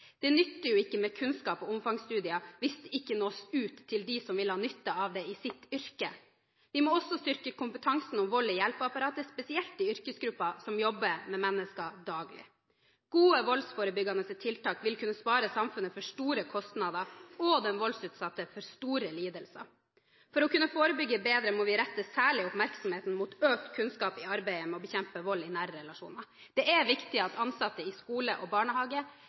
Det nytter jo ikke med kunnskap og omfangsstudier hvis det ikke nås ut til dem som vil ha nytte av det i sitt yrke. Vi må også styrke kompetansen om vold i hjelpeapparatet, spesielt i yrkesgrupper som jobber med mennesker daglig. Gode voldsforebyggende tiltak vil kunne spare samfunnet for store kostnader og spare den voldsutsatte for store lidelser. For å kunne forebygge bedre må vi særlig rette oppmerksomheten mot økt kunnskap i arbeidet med å bekjempe vold i nære relasjoner. Det er viktig at ansatte i skole og barnehage